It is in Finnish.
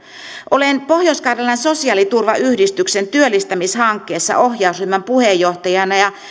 olen pohjois karjalan sosiaaliturvayhdistyksen työllistämishankkeessa ohjausryhmän puheenjohtajana ja